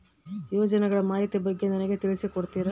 ಯೋಜನೆಗಳ ಮಾಹಿತಿ ಬಗ್ಗೆ ನನಗೆ ತಿಳಿಸಿ ಕೊಡ್ತೇರಾ?